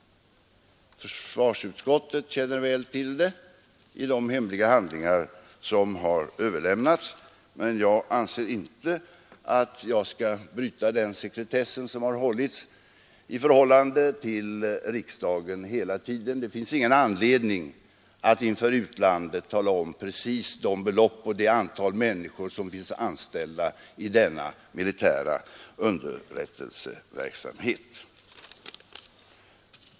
Försvarsutskottet känner väl till det genom de hemliga handlingar som har överlämnats till utskottet, men jag anser inte att jag skall bryta den sekretess som hela tiden har iakttagits i förhållande till riksdagen. Det finns ingen anledning att inför utlandet tala om precis de belopp och det antal människor som finns anställda i denna militära underrättelseverksamhet.